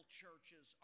churches